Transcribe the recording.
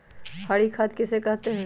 हरी खाद किसे कहते हैं?